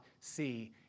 see